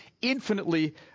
infinitely